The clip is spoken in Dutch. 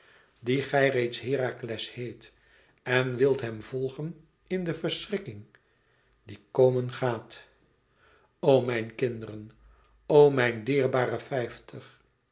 dien gij reeds herakles heet en wilt hem volgen in de verschrikking die komen gaat o mijn kinderen o mijn dierbare vijftig